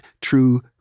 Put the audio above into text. true